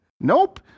Nope